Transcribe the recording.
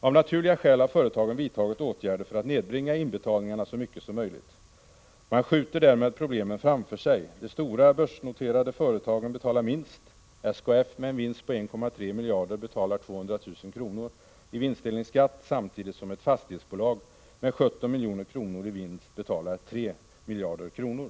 Av naturliga skäl har företagen vidtagit åtgärder för att nedbringa inbetalningarna så mycket som möjligt. Man skjuter därmed problemen framför sig. De stora börsnoterade företagen betalar minst. SKF med en vinst på 1,3 miljarder kronor betalar 200 000 kr. i vinstdelningsskatt samtidigt som ett fastighetsbolag med 17 milj.kr. i vinst betalar 3 miljarder kronor.